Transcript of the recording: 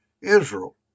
Israel